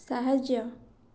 ସାହାଯ୍ୟ